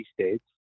states